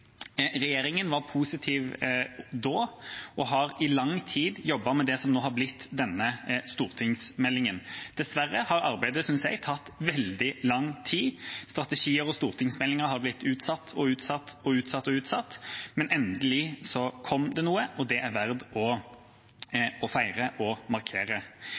var positiv da, og har i lang tid jobbet med det som nå har blitt denne stortingsmeldinga. Dessverre har arbeidet, synes jeg, tatt veldig lang tid. Strategien og stortingsmeldinga har blitt utsatt og utsatt – og utsatt og utsatt – men endelig kom det noe, og det er verdt å feire og markere.